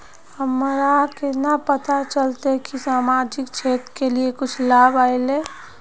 हमरा केना पता चलते की सामाजिक क्षेत्र के लिए कुछ लाभ आयले?